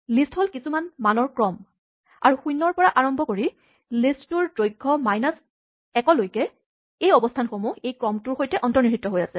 list হ'ল কিছুমান মানৰ ক্ৰম আৰু শূণ্যৰ পৰা আৰম্ভ কৰি লিষ্টটোৰ দৈৰ্ঘ ১ লৈকে এই অৱস্হানসমূহ এই ক্ৰমটোৰ সৈতে অৰ্ন্তনিহিত হৈ আছে